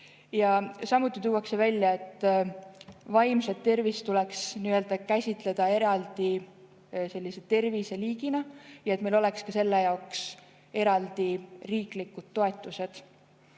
Samuti tuuakse välja, et vaimset tervist tuleks käsitleda nii-öelda eraldi terviseliigina ja meil peaks olema ka selle jaoks eraldi riiklikud toetused.